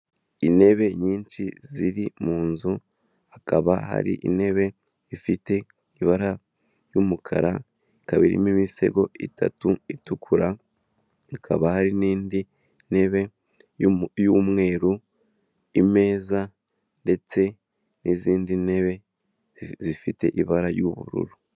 Intebe nyinshi ziri mu nzu hakaba hari intebe ifite ibara ry'umukara, ikaba irimo imisego itatu itukura, ikaba hari n'indi ntebe y'umweru, imeza ndetse n'izindi ntebe zifite ibara ry'ubururu.